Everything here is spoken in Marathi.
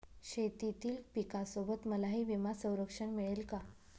शेतीतील पिकासोबत मलाही विमा संरक्षण मिळेल का?